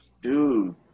Dude